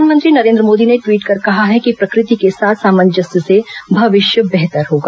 प्रधानमंत्री नरेन्द्र मोदी ने ट्वीट कर कहा है कि प्रकृति के साथ सामांजस्य से भविष्य बेहतर होगा